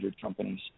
companies